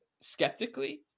skeptically